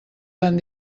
tan